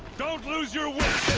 don't lose your wits.